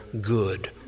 good